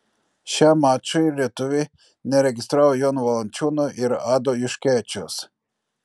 šiam mačui lietuviai neregistravo jono valančiūno ir ado juškevičiaus